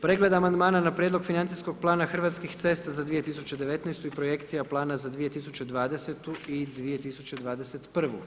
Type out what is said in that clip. Pregled amandmana na prijedlog Financijskog plana Hrvatskih cesta za 2019. i projekcija plana za 2020. i 2021.